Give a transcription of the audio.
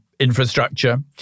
Infrastructure